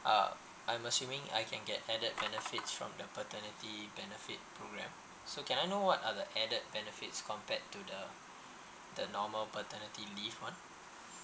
uh I'm assuming I can get aided benefits from the paternity benefit program so can I know what are the aided benefits compared to the the normal paternity leave [one]